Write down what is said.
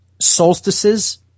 solstices